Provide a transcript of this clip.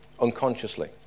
unconsciously